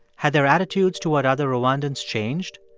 had their attitudes toward other rwandans changed?